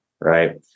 right